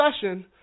discussion